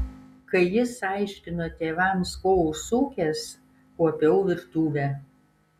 kai jis aiškino tėvams ko užsukęs kuopiau virtuvę